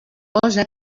cosa